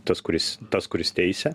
tas kuris tas kuris teisia